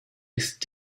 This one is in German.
ist